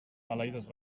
maleïdes